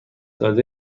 داده